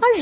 আর z হল z